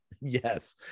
Yes